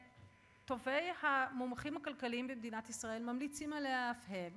שטובי המומחים הכלכליים במדינת ישראל ממליצים עליה אף הם,